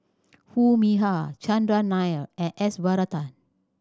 Foo Mee Har Chandran Nair and S Varathan